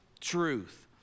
truth